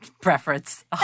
preference